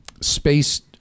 space